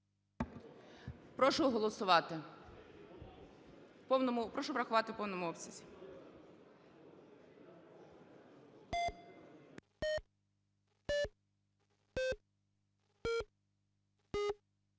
Прошу голосувати. Прошу врахувати в повному обсязі.